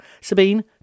Sabine